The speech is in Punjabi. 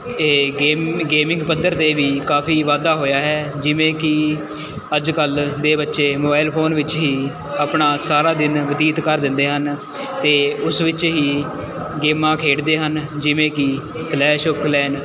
ਇਹ ਗੇਮ ਗੇਮਿੰਗ ਪੱਧਰ 'ਤੇ ਵੀ ਕਾਫ਼ੀ ਵਾਧਾ ਹੋਇਆ ਹੈ ਜਿਵੇਂ ਕਿ ਅੱਜ ਕੱਲ੍ਹ ਦੇ ਬੱਚੇ ਮੋਬਾਇਲ ਫ਼ੋਨ ਵਿੱਚ ਹੀ ਆਪਣਾ ਸਾਰਾ ਦਿਨ ਬਤੀਤ ਕਰ ਦਿੰਦੇ ਹਨ ਅਤੇ ਉਸ ਵਿੱਚ ਹੀ ਗੇਮਾਂ ਖੇਡਦੇ ਹਨ ਜਿਵੇਂ ਕਿ ਕਲੈਸ਼ ਆੱਫ ਕਲੈਨ